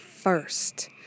first